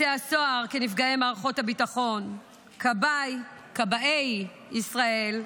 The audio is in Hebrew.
בתי הסוהר כנפגעי מערכות הביטחון, כבאי ישראל,